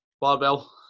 Barbell